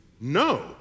No